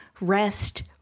rest